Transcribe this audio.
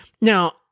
Now